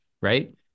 right